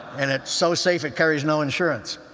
and it's so safe it carries no insurance.